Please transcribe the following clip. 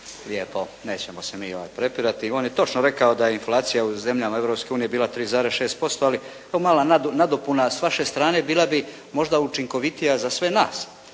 lijepo, nećemo se mi prepirati. On je točno rekao da je inflacija u zemljama Europske unije bila 3,6% ali mala nadopuna s vaše strane bila bi možda učinkovitija za sve nas.